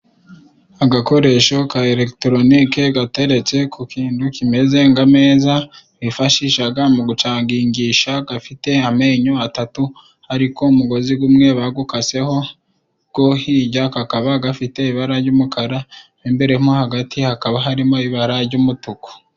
Agakoresho ka elegitoronike gateretse ku kintu kimeze ng'ameza bifashishaga mu gucangigisha, gafite amenyo atatu ariko umugozi gwumwe bagwukaseho, ako hijya kakaba gafite ibara jy'umukara, imbere mo hagati hakaba harimo ibara jy'umutuku.